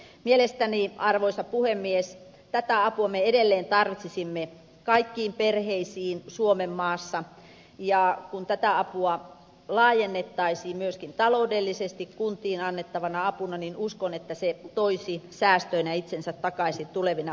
mielestäni arvoisa puhemies tätä apua me edelleen tarvitsisimme kaikkiin perheisiin suomenmaassa ja kun tätä apua laajennettaisiin myöskin taloudellisesti kuntiin annettavana apuna niin uskon että se toisi säästöinä itsensä takaisin tulevina vuosina